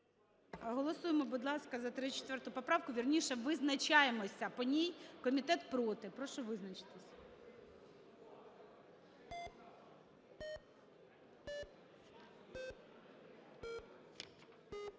Голосуємо, будь ласка, за 34 поправку, вірніше, визначаємося по ній. Комітет проти. Прошу визначитись.